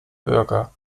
bürger